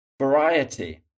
variety